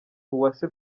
uwase